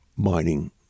mining